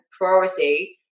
priority